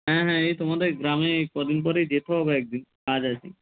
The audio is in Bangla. হ্যাঁ হ্যাঁ এই তোমাদের গ্রামে কদিন পরেই যেতে হবে একদিন কাজ আছে